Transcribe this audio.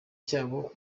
cyabo